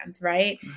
right